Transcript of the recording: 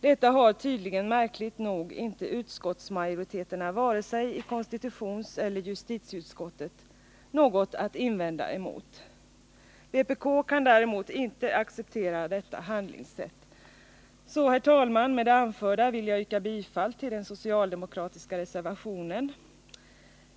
Detta har tydligen, märkligt nog, inte majoriteterna i vare sig konstitutionseller justitieutskottet något att invända emot. Vpk kan däremot inte acceptera detta handläggningssätt. Herr talman! Med det anförda vill jag yrka bifall till den socialdemokratiska reservationen.